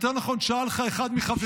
יותר נכון שאל אחד מחבריי,